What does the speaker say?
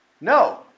no